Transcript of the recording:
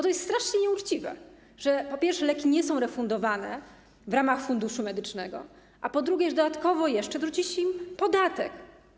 To jest strasznie nieuczciwe, że po pierwsze, leki nie są refundowane w ramach Funduszu Medycznego, a po drugie, dodatkowo jeszcze dorzuciliście podatek.